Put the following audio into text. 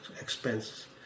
expenses